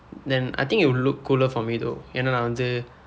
then I think you will look cooler for me though ஏனா நான் வந்து:enaa naan vandthu